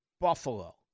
Buffalo